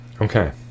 okay